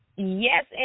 yes